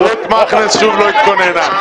רות מכנס שוב לא התכוננה.